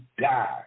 die